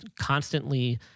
constantly